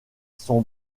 son